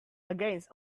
against